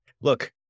look